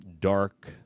dark